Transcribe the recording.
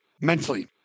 Mentally